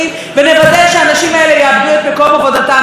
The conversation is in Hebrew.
וכל הכבוד למי מהפוליטיקאים שהתערב בעניין הזה.